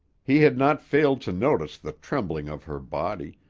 he had not failed to notice the trembling of her body,